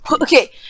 okay